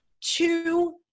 two